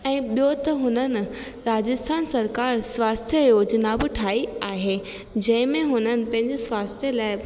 ऐं ॿियो त हुननि राजस्थान सरकारु स्वास्थ्य योजना बि ठाही आहे जंहिंमें हुननि पंहिंजो स्वास्थ्य लाइ